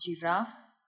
giraffes